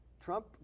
Trump